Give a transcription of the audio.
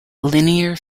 linear